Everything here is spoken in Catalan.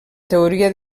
teoria